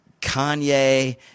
Kanye